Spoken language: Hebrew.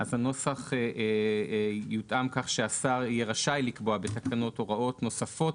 הנוסח יותאם כך שהשר יהיה רשאי לקבוע בתקנות הוראות נוספות